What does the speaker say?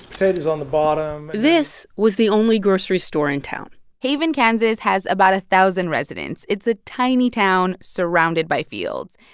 potatoes on the bottom this was the only grocery store in town haven, kan, has about a thousand residents. it's a tiny town surrounded by fields.